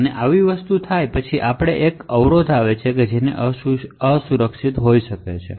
જ્યારે આવી વસ્તુ થાય છે ત્યારે આપણને એક ઇન્ટ્રપટ મળે છે જે અસુરક્ષિત છે